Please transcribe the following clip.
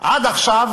עד עכשיו